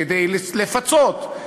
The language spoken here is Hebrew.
כדי לפצות.